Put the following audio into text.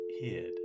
hid